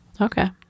okay